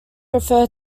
refer